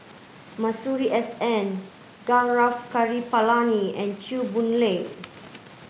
Masuri S N Gaurav Kripalani and Chew Boon Lay